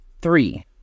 three